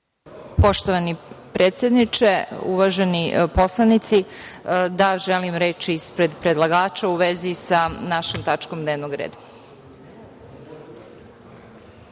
Poštovani predsedniče, uvaženi poslanici, da, želim reč ispred predlagača u vezi sa našom tačkom dnevnog reda.